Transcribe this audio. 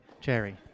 Jerry